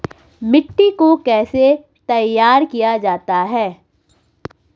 मिट्टी को कैसे तैयार किया जाता है?